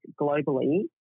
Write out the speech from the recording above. globally